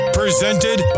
presented